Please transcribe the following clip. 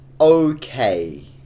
Okay